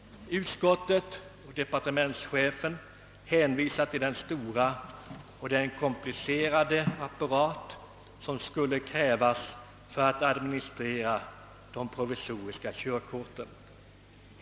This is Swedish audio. Utskottet och <departementschefen hänvisar till den stora och komplicerade apparat som skulle krävas för att administrera de provisoriska körkorten.